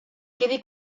quedi